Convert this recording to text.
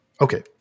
Okay